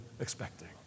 expecting